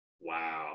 Wow